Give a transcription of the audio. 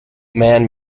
man